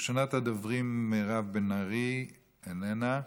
ראשונת הדוברים, מירב בן ארי, איננה,